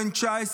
בן 19,